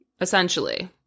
essentially